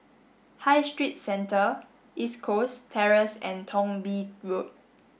High Street Centre East Coast Terrace and Thong Bee Road